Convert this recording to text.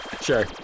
sure